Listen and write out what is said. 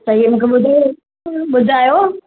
त हीउ मूंखे ॿुधायो ॿुधायो